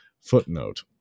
footnote